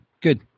Good